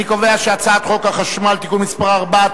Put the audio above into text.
אני קובע שהצעת חוק החשמל (תיקון מס' 4),